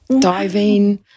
Diving